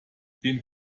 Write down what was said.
den